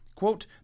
quote